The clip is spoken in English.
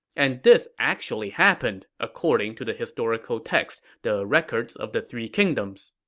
and this actually happened, according to the historical text the records of the three kingdoms.